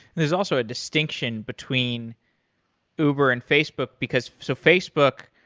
there's also a distinction between uber and facebook because so facebook,